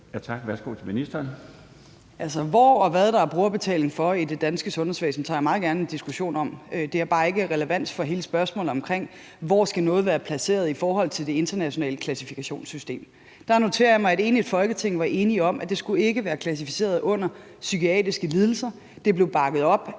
og hvad der er brugerbetaling for i det danske sundhedsvæsen, tager jeg meget gerne en diskussion om. Det har bare ikke relevans for hele spørgsmålet om, hvor noget skal være placeret i forhold til det internationale klassifikationssystem. Der noterer jeg mig, at alle i Folketinget var enige om, at det ikke skulle være klassificeret som en psykiatrisk lidelse. Det blev bakket op af